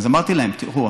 אמרתי להם: תראו,